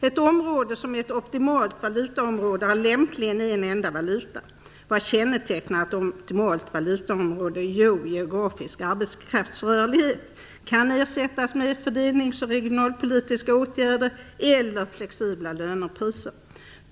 Ett område som är ett optimalt valutaområde har lämpligen en enda valuta. Vad kännetecknar ett optimalt valutaområde? Jo, geografisk arbetskraftsrörlighet. Den kan ersättas med fördelnings och regionalpolitiska åtgärder eller flexibla löner/priser.